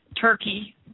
Turkey